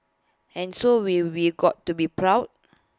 and so we've be got to be proud